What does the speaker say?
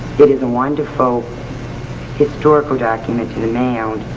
it is a wonderful historical document to the mound.